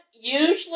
Usually